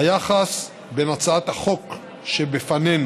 היחס בין הצעת החוק שבפנינו,